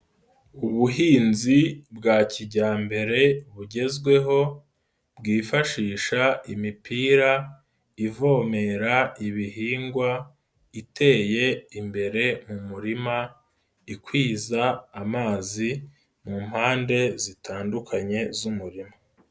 Ubuhinzi bwa kijyambere bugezweho bwifashisha imipira ivomera ibihingwa, iteye imbere mu murima ikwiza amazi mu mpande zitandukanye z'umurima.